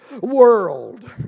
world